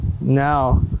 Now